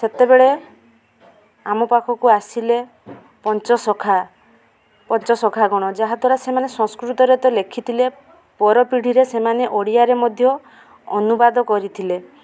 ସେତେବେଳେ ଆମ ପାଖକୁ ଆସିଲେ ପଞ୍ଚସଖା ପଞ୍ଚସଖା କ'ଣ ଯାହାଦ୍ୱାରା ସେମାନେ ସଂସ୍କୃତରେ ତ ଲେଖିଥିଲେ ପର ପିଢ଼ିରେ ସେମାନେ ଓଡ଼ିଆରେ ମଧ୍ୟ ଅନୁବାଦ କରିଥିଲେ